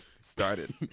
started